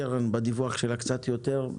הקרן בדיווח שלה תקבל קצת יותר זמן.